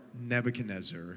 Nebuchadnezzar